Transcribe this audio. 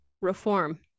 reform